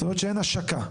זאת אומרת שאין השקה.